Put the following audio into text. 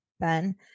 Ben